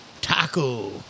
taco